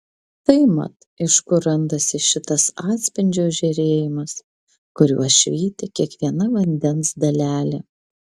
tai mat iš kur randasi šitas atspindžio žėrėjimas kuriuo švyti kiekviena vandens dalelė